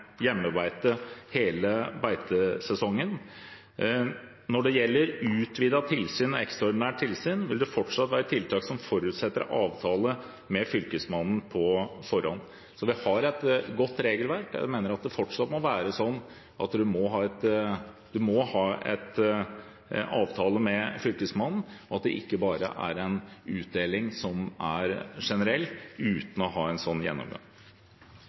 hjemmebeite hele beitesesongen. Når det gjelder utvidet tilsyn og ekstraordinært tilsyn, vil det fortsatt være tiltak som forutsetter avtale med Fylkesmannen på forhånd. Så vi har et godt regelverk, og jeg mener at det fortsatt må være sånn at en må ha en avtale med Fylkesmannen, og at det ikke bare er en utdeling som er generell, uten å ha en slik gjennomgang.